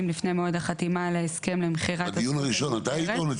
לפני מועד החתימה על ההסכם למכירת הזכות הנמכרת,